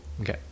Okay